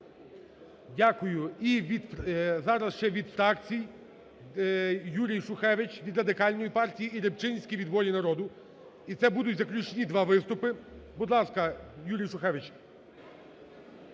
Дякую. Зараз ще від фракцій. Юрій Шухевич від Радикальної партії і Рибчинський від "Волі народу". І це будуть заключні два виступи. Будь ласка, Юрій Шухевич.